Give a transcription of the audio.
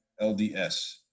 LDS